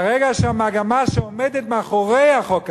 ברגע שהמגמה שעומדת מאחורי החוק הזה,